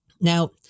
Now